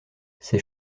ses